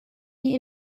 die